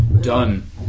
done